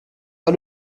pas